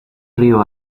río